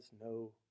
no